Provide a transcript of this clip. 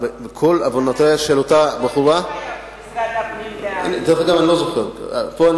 כל עוונותיה של אותה בחורה, אתה זוכר מי